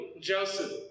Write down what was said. Joseph